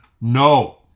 no